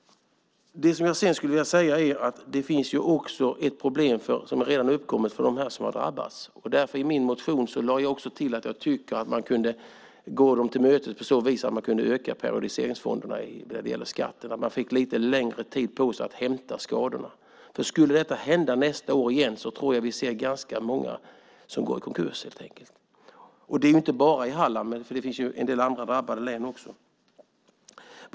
Det jag sedan skulle vilja säga är att det också finns ett problem som redan har uppkommit för dem som har drabbats, och därför lade jag i min motion till att jag tycker att man kunde gå dem till mötes på så vis att man ökar periodiseringsfonderna när det gäller skatten, att de fick lite längre tid på sig att ta hand om skadorna. Om detta skulle hända nästa år igen tror jag att vi får se ganska många som går i konkurs. Det är inte bara i Halland, utan det finns en del andra drabbade län.